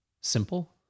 simple